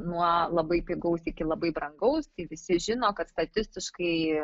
nuo labai pigaus iki labai brangaus tai visi žino kad statistiškai